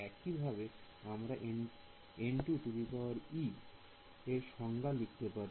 একইভাবে আমরা র কি সংজ্ঞা লিখতে পারি